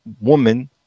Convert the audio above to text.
woman